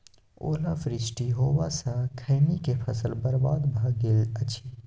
ओला वृष्टी होबा स खैनी के फसल बर्बाद भ गेल अछि?